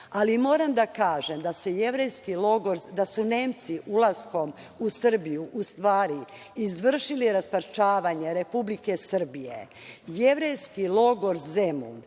Moram da kažem da su Nemci ulaskom u Srbiju u stvari izvršili rasparčavanje Republike Srbije. Jevrejski logor Zemun